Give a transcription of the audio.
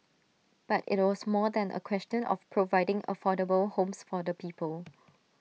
but IT was more than A question of providing affordable homes for the people